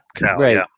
Right